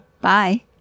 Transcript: Bye